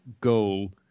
goal